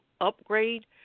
upgrade